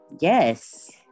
Yes